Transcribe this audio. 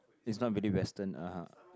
is not very Western ah ha